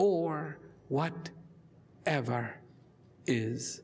or what ever is